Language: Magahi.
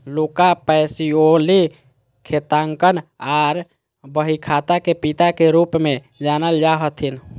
लुका पैसीओली लेखांकन आर बहीखाता के पिता के रूप मे जानल जा हथिन